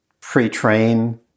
pre-train